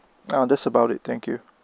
ah that's about it thank you